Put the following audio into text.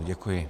Děkuji.